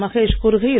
மஹேஷ் கூறுகையில்